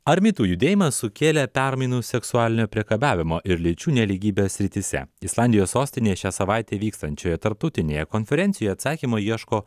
ar mitų judėjimas sukėlė permainų seksualinio priekabiavimo ir lyčių nelygybės srityse islandijos sostinėje šią savaitę vykstančioje tarptautinėje konferencijoje atsakymo ieško